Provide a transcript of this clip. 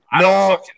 No